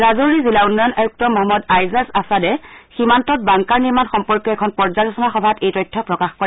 ৰাজৌৰী জিলা উন্নয়ন আয়ুক্ত মহম্মদ আইজাজ আচাদে সীমান্তত বাংকাৰ নিৰ্মাণ সম্পৰ্কীয় এখন পৰ্যালোচনা সভাত এই তথ্য প্ৰকাশ কৰে